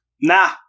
nah